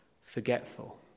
forgetful